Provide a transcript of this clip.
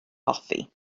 hoffi